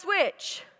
switch